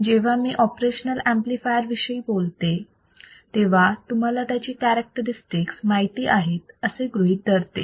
जेव्हा मी operational amplifier विषयी बोलतो तेव्हा तुम्हाला त्याची कॅरेक्टरस्टिकस माहित आहेत असे गृहीत धरतो